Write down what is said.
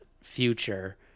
future